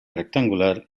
rectangular